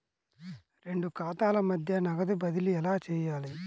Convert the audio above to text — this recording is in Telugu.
రెండు ఖాతాల మధ్య నగదు బదిలీ ఎలా చేయాలి?